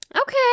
Okay